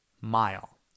mile